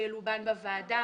שילובן בוועדה,